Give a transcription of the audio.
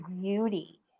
beauty